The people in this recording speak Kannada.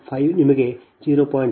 5 ನಿಮಗೆ 0